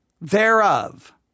thereof